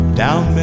down